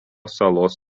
salos